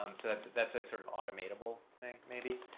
um so that's, that's a sort of automatable thing, maybe?